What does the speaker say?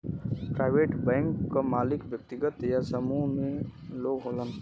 private bank क मालिक व्यक्तिगत या समूह में लोग होलन